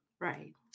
Right